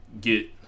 get